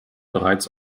bereits